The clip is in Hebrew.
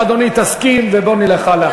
אדוני, תסכים ובוא נלך הלאה.